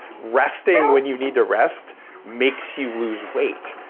resting when you need to rest makes you lose weight,